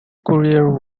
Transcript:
courier